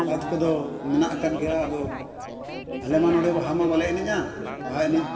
ᱥᱟᱡᱽ ᱠᱚᱫᱚ ᱢᱮᱱᱟᱜ ᱟᱠᱟᱫ ᱜᱮᱭᱟ ᱟᱫᱚ ᱟᱞᱮ ᱢᱟ ᱱᱚᱰᱮ ᱵᱟᱦᱟ ᱢᱟ ᱵᱟᱞᱮ ᱮᱱᱮᱡᱼᱟ ᱵᱟᱦᱟ ᱮᱱᱮᱡ